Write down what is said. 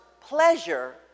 pleasure